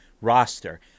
roster